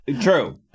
True